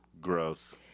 Gross